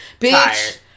Bitch